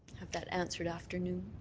have that answered after noon.